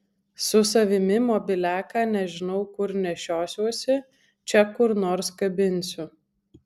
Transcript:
su savimi mobiliaką nežinau kur nešiosiuosi čia kur nors kabinsiu